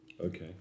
Okay